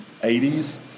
80s